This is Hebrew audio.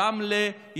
רמלה,